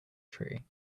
tree